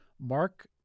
Mark